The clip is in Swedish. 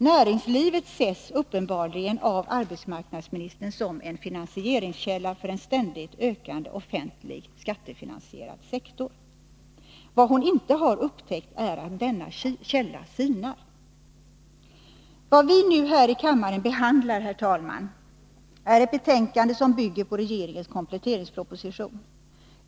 Näringslivet ses uppenbarligen av arbetsmarknadsministern som en finansieringskälla för en ständigt ökande skattefinansierad offentlig sektor. Vad hon inte har upptäckt är att denna källa sinar. Vad vi nu här i kammaren behandlar, herr talman, är ett betänkande som bygger på regeringens kompletteringsproposition.